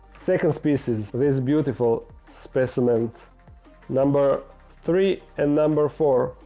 second species this beautiful specimen number three and number four.